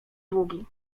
długi